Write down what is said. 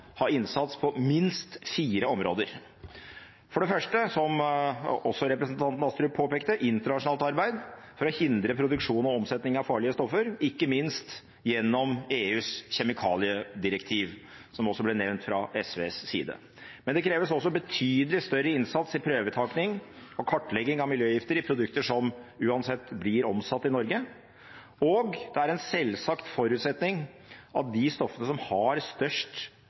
ha innsats på minst fire områder. For det første, som også representanten Astrup påpekte, er det internasjonalt arbeid for å hindre produksjon og omsetning av farlige stoffer, ikke minst gjennom EUs kjemikaliedirektiv, som også ble nevnt fra SVs side. Det kreves også betydelig større innsats i prøvetaking og kartlegging av miljøgifter i produkter som uansett blir omsatt i Norge. Det er en selvsagt forutsetning at de stoffene som medfører størst